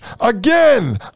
again